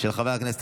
חברי הכנסת,